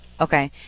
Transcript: Okay